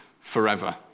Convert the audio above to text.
forever